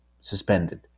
suspended